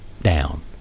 down